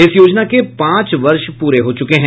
इस योजना के पांच वर्ष प्ररे हो चुके हैं